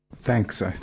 Thanks